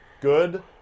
Good